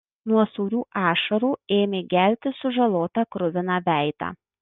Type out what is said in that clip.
nuo sūrių ašarų ėmė gelti sužalotą kruviną veidą